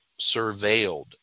surveilled